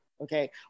okay